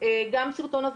אני אחזור למצגת.